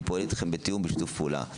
אני פועל איתכם בתיאום ובשיתוף פעולה.